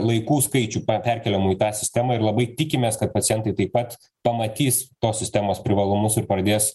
laikų skaičių perkeliamų į tą sistemą ir labai tikimės kad pacientai taip pat pamatys tos sistemos privalumus ir pradės